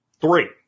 Three